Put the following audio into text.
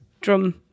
drum